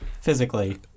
physically